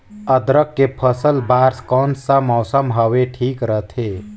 अदरक के फसल बार कोन सा मौसम हवे ठीक रथे?